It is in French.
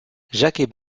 jacques